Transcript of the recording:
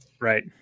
Right